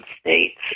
States